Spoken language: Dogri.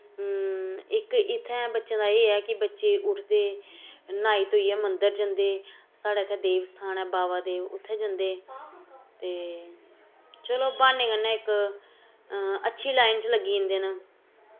इक इत्थै बच्चें दा एह् ऐ कि बच्चे उठदे न्हाई धोइयै मंदर जन्दे साढ़े इत्थै देवस्थान ऐ बावा देव उत्थै जन्दे ते चलो ब्हानै कन्नै इक अच्छी लैन च लग्गी जन्दे न